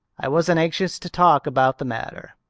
i wasn't anxious to talk about the matter.